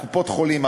קופות-חולים,